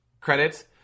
credits